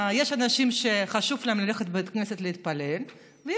יש אנשים שחשוב להם ללכת לבית כנסת להתפלל ויש